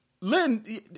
Lynn